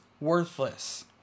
worthless